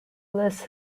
lists